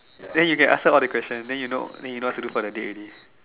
then you can ask her all the questions then you know then you know what to do for the day already